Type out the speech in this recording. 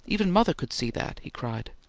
even mother could see that, he cried.